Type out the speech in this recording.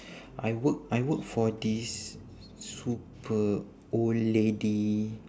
I work I work for this super old lady